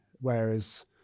Whereas